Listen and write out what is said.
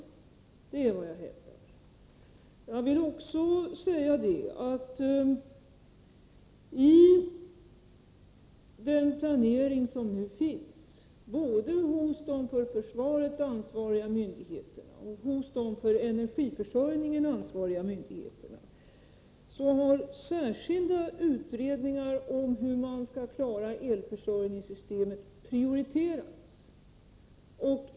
Det är vad jag hävdar. Måndagen den Jag vill också säga att i den planering som nu finns, både hos de för = &februari 1984 försvaret ansvariga myndigheterna och hos de för energiförsörjningen ansvariga myndigheterna, har särskilda utredningar om hur man skall klara Om energiförsörjelförsörjningssystemet prioriterats.